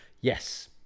Yes